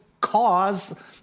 cause